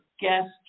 guest